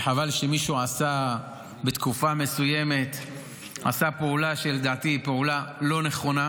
וחבל שמישהו בתקופה מסוימת עשה פעולה שלדעתי היא פעולה לא נכונה,